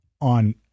on